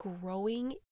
growing